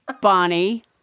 Bonnie